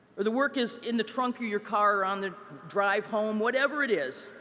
or the work is in the truck of your car on the drive home, whatever it is,